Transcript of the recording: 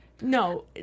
No